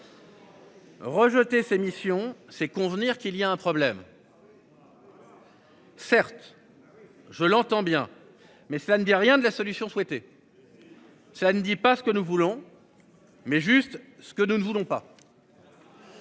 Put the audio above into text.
Rejeté ses missions c'est convenir qu'il y a un problème. Certes. Je l'entends bien, mais cela ne dit rien de la solution souhaitée. Cela ne dit pas ce que nous voulons. Mais juste ce que nous ne voulons pas.